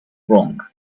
wrong